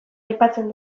aipatzen